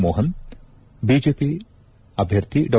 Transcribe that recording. Mohan BJP ಆಭ್ಯರ್ಥಿ ಡಾ